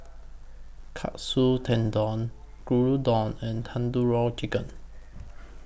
Katsu Tendon Gyudon and Tandoori Chicken